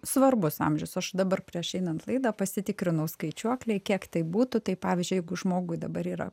svarbus amžius aš dabar prieš einant laidą pasitikrinau skaičiuoklėj kiek tai būtų tai pavyzdžiui jeigu žmogui dabar yra